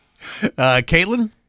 Caitlin